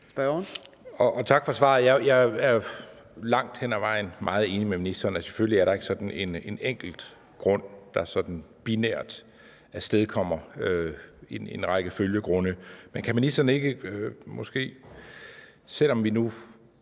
Tak for svaret. Jeg er langt hen ad vejen meget enig med ministeren i, at selvfølgelig er der ikke sådan en enkelt grund, der sådan binært afstedkommer en række følgegrunde. Men kan ministeren måske ikke, når vi nu